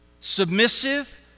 submissive